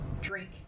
drink